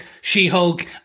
She-Hulk